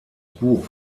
buch